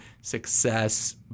success